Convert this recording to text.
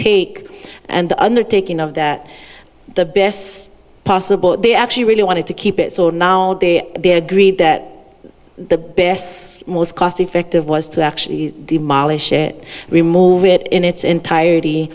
take and the undertaking of that the best possible they actually really wanted to keep it so now they agreed that the bests most cost effective was to actually demolish it remove it in its entirety